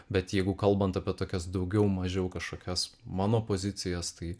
bet jeigu kalbant apie tokias daugiau mažiau kažkokias mano pozicijas tai